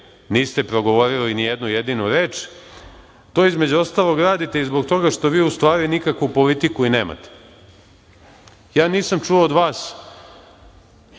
niste progovorili nijednu jedinu reč, to između ostalog radite i zbog toga što vi u stvari nikakvu politiku i nemate. Nisam čuo od vas